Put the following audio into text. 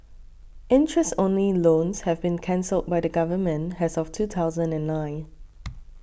interest only loans have been cancelled by the Government as of two thousand and nine